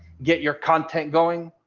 get your content going.